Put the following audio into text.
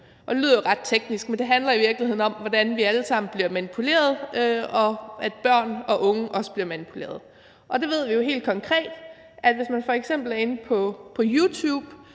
Det lyder jo ret teknisk, men det handler i virkeligheden om, hvordan vi alle sammen bliver manipuleret, og om, at børn og unge også bliver manipuleret. Det ved vi jo helt konkret, nemlig at der, hvis man f.eks. er inde på YouTube,